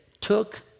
took